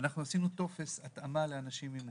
עשינו טופס התאמה לאנשים עם מוגבלות.